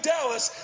Dallas